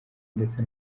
ndetse